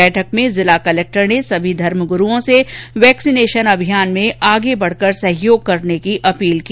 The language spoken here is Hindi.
बैठक में जिला कलक्टर ने कहा कि सभी धर्मगुरूओं से वेक्सीनेशन के अभियान में आगे बढ़कर सहयोग करने की अपील की